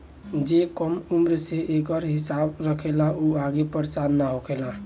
जे कम उम्र से एकर हिसाब रखेला उ आगे परेसान ना होखेला